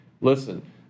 listen